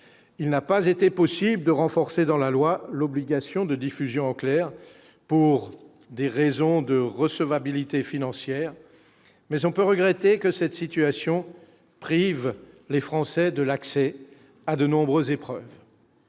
il n'a pas été possible de renforcer dans la loi, l'obligation de diffusion en clair, pour des raisons de recevabilité financière mais on peut regretter que cette situation prive les Français de l'accès à de nombreuses épreuves,